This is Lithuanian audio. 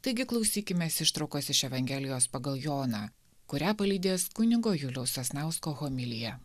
taigi klausykimės ištraukos iš evangelijos pagal joną kurią palydės kunigo juliaus sasnausko homilija